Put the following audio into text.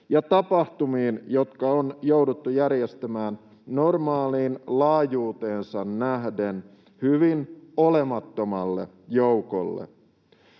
ja tapahtumiin, jotka on jouduttu järjestämään normaaliin laajuuteensa nähden hyvin olemattomalle joukolle.